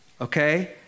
okay